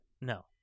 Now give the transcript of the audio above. No